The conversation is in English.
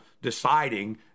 deciding